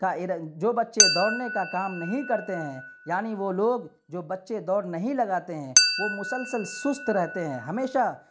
کا جو بچے دوڑنے کا کام نہیں کرتے ہیں یعنی وہ لوگ جو بچے دور نہیں لگاتے ہیں وہ مسلسل سست رہتے ہیں ہمیشہ